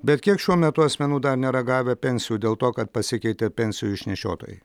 bet kiek šiuo metu asmenų dar nėra gavę pensijų dėl to kad pasikeitė pensijų išnešiotojai